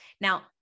Now